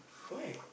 why